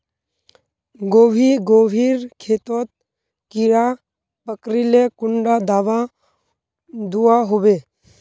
गोभी गोभिर खेतोत कीड़ा पकरिले कुंडा दाबा दुआहोबे?